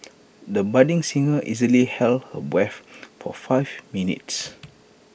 the budding singer easily held her breath for five minutes